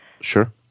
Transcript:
sure